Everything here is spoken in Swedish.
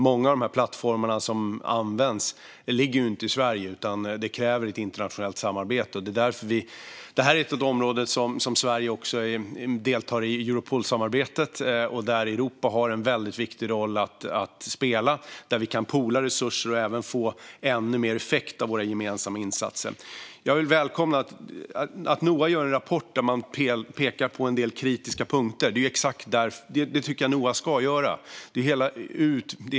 Många av de plattformar som används ligger ju inte i Sverige, utan detta kräver ett internationellt samarbete. Det här är ett område där Sverige deltar i Europolsamarbetet och där Europa har en väldigt viktig roll att spela. Vi kan poola resurser och få ännu mer effekt av våra gemensamma insatser. Jag välkomnar att Noa gör en rapport där man pekar på en del kritiska punkter. Det tycker jag att Noa ska göra.